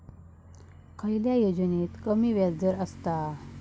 खयल्या योजनेत कमी व्याजदर असता?